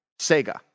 Sega